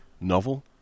novel